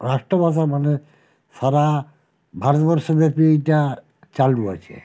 রাষ্ট্র ভাষা মানে সারা ভারতবর্ষ ব্যাপী এইটা চালু আছে